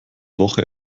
woche